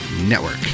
Network